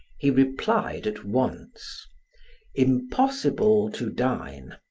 he replied at once impossible to dine,